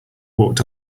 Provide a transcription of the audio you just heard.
walked